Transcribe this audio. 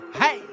hey